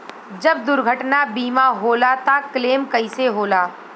जब दुर्घटना बीमा होला त क्लेम कईसे होला?